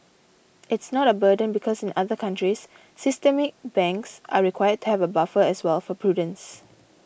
it's not a burden because in other countries systemic banks are required to have a buffer as well for prudence